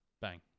Bang